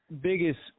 biggest